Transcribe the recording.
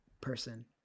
Person